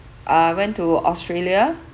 uh went to australia